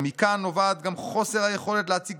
ומכאן נובעת גם חוסר היכולת להציג